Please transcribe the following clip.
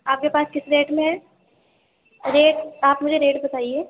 آپ کے پاس کس ریٹ میں ہے ریٹ آپ مجھے ریٹ بتائیے